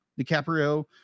DiCaprio